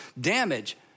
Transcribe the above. damage